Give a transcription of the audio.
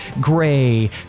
gray